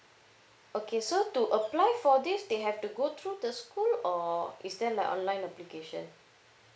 okay so to apply for this they have to go through the school or is there like online application